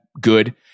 good